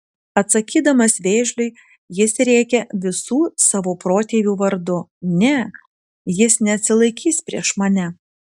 atsakydamas vėžliui jis rėkia visų savo protėvių vardu ne jis neatsilaikys prieš mane